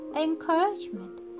encouragement